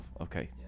okay